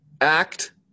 act